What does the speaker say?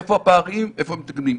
איפה הפערים, איפה מתקנים.